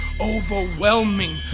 overwhelming